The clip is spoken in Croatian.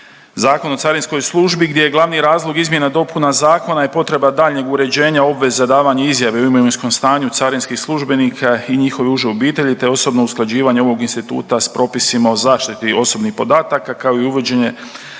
Zakon o carinskoj službi gdje je glavni razlog izmjena i dopuna zakona je potreba daljnjeg uređenja obveze davanje izjave o imovinskom stanju carinskih službenika i njihove uže obitelji, te osobno usklađivanje ovog instituta sa propisima o zaštiti osobnih podataka kao i uvođenje